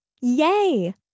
Yay